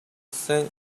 send